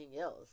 else